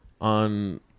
on